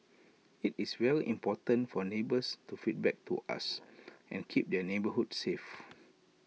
IT is very important for neighbours to feedback to us and keep their neighbourhoods safe